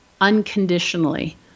unconditionally